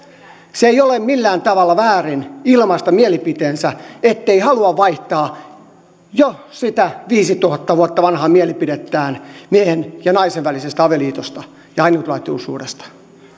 se ei ole millään tavalla väärin ilmaista mielipiteensä ettei halua vaihtaa jo sitä viisituhatta vuotta vanhaa mielipidettään miehen ja naisen välisestä avioliitosta ja ainutlaatuisuudesta